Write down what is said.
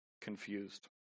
confused